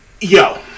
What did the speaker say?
Yo